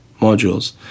modules